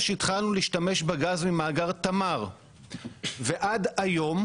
שהתחלנו להשתמש בגז ממאגר תמר ועד היום,